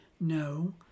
No